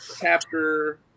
chapter